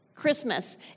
Christmas